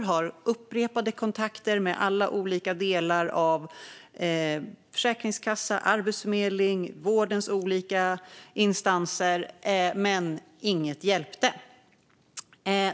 Hon hade upprepade kontakter med alla olika delar - försäkringskassa, arbetsförmedling och vårdens olika instanser. Men inget hjälpte.